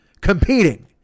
competing